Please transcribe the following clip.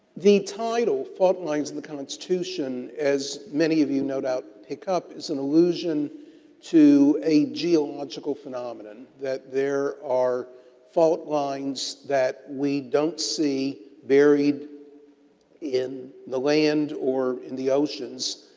the title, fault lines in the constitution, as many of you no doubt pick up, is an illusion to a geological phenomenon that there are fault lines that we don't see buried in the land or in the oceans,